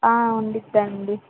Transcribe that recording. ఉండిద్దండి